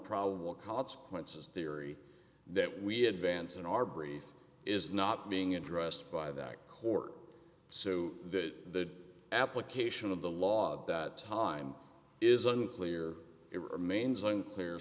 probable consequences theory that we had vance in our brief is not being addressed by that court so that the application of the law that time is unclear it remains unclear